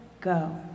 go